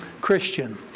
Christian